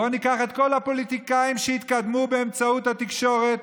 בואו ניקח את כל הפוליטיקאים שהתקדמו באמצעות התקשורת